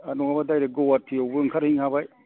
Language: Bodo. आरो नङाबा दायरेक गुवाहाटीयावबो ओंखारहैनो हाबाय